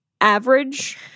average